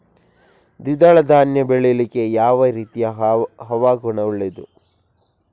ದ್ವಿದಳ ಧಾನ್ಯ ಬೆಳೀಲಿಕ್ಕೆ ಯಾವ ರೀತಿಯ ಹವಾಗುಣ ಒಳ್ಳೆದು?